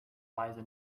weise